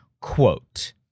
quote